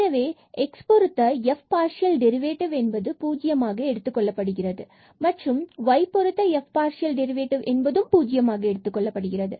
எனவே x பொருத்த f partial derivative என்பது 0 என எடுத்துக் கொள்ளப்படுகிறது மற்றும் y பொருத்த f பார்சியல் டெரிவேட்டிவ் என்பதும் 0 என எடுத்துக்கொள்ளப்படுகிறது